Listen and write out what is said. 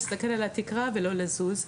להסתכל על התקרה ולא לזוז.